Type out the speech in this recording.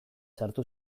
sartu